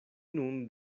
nun